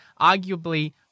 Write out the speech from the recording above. arguably